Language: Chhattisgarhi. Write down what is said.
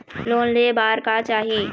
लोन ले बार का चाही?